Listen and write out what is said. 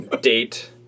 Date